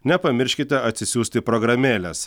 nepamirškite atsisiųsti programėlės